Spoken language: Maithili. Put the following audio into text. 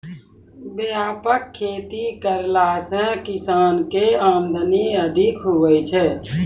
व्यापक खेती करला से किसान के आमदनी अधिक हुवै छै